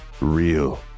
Real